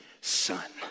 son